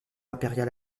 impérial